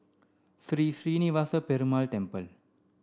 Sri Srinivasa Perumal Temple